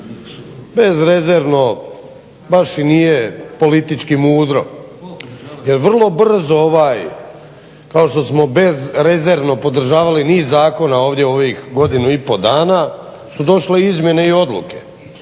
bezrezervno baš i nije politički mudro jer vrlo brzo ovaj kao što smo bezrezervno podržavali niz zakona ovdje ovih godinu i pol dana su došle izmjene i odluke